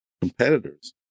competitors